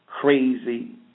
crazy